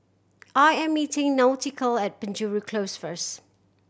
I am meeting Nautica at Penjuru Close first